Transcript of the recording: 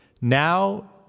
now